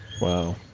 Wow